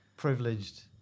Privileged